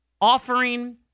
offering